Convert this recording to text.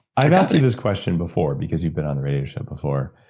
i've asked you this question before because you've been on the radio show before.